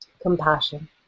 compassion